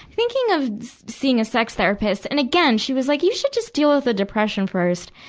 thinking of seeing a sex therapist. and again, she was like, you should just deal with the depression first.